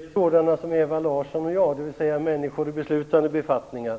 Herr talman! Det är sådana som Ewa Larsson och jag, dvs. människor i beslutande befattningar.